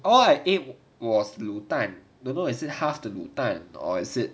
orh I think was 卤蛋 don't know is it half a 卤蛋 or is it